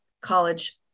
college